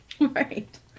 Right